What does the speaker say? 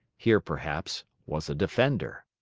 here perhaps was a defender.